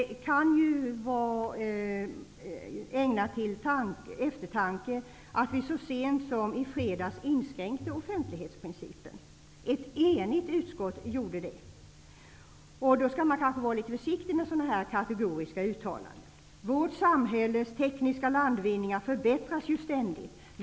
Det kan vara ägnat till eftertanke att vi så sent som i fredags inskränkte offentlighetsprincipen. Ett enigt utskott tillstyrkte detta. Man skall kanske vara litet försiktig med sådana kategoriska uttalanden. Vårt samhälles tekniska landvinningar förbättras ständigt.